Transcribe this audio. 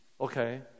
Okay